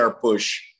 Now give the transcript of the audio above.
push